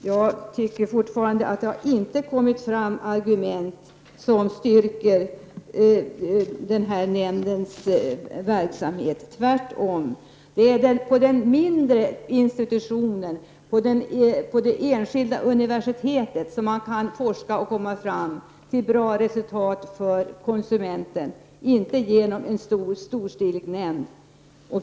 Jag tycker fortfarande att det inte har framkommit argument som visar nämndens berättigande — tvärtom. Det är på den mindre institutionen, på det enskilda universitetet som man kan forska och nå goda resultat för konsumenten — inte genom en stor, storstilig nämnd.